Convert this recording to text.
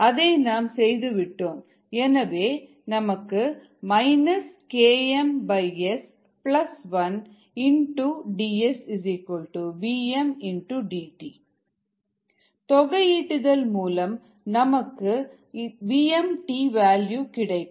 அதை நாம் செய்து விட்டோம் எனவே KmS1dSvm dt தொகை ஈட்டுதல் மூலம் நமக்கு KmlnS Svmtகிடைக்கும்